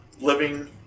living